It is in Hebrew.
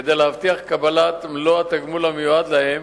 כדי להבטיח קבלת מלוא התגמול המיועד להם